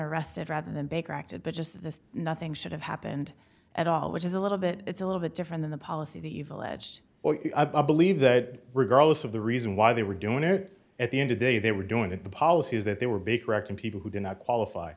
arrested rather than baker acted but just this nothing should have happened at all which is a little bit it's a little bit different than the policy the evil edged up i believe that regardless of the reason why they were doing it at the end of day they were doing it the policies that they were be correcting people who do not qualif